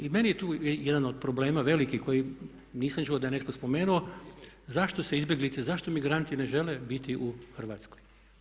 I meni je tu jedan od problema velikih koji nisam čuo da je netko spomenuo zašto se izbjeglice, zašto migranti ne žele biti u Hrvatskoj.